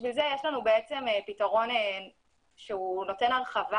בשביל זה יש לנו בעצם פתרון שנותן הרחבה.